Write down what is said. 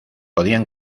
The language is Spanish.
podían